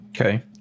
Okay